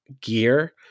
gear